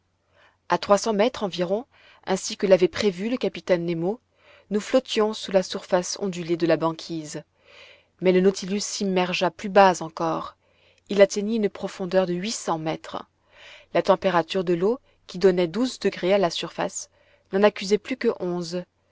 a trois cents mètres environ ainsi que l'avait prévu le capitaine nemo nous flottions sous la surface ondulée de la banquise mais le nautiluss'immergea plus bas encore il atteignit une profondeur de huit cents mètres la température de l'eau qui donnait douze degrés à la surface n'en accusait plus que onze